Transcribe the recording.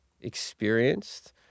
experienced